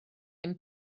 ein